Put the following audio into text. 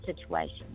situation